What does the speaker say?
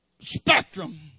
spectrum